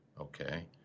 Okay